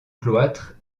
cloître